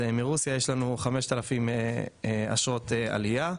מרוסיה יש לנו 5,000 אשרות עלייה,